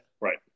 Right